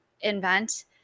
invent